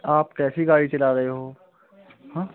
आप कैसी गाड़ी चला रहे हो हैं